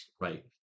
right